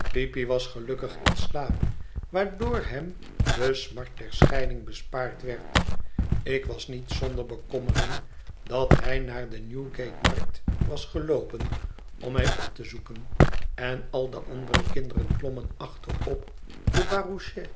peepy was gelukkig in slaap waardoor hem de smart der scheiding bespaard werd ik was niet zonder bekommering dat hij naar de ne w g a temar kt was geloopen om mij op te zoeken en al de andere kinderen klommen achter op de